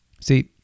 See